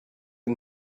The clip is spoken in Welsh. yng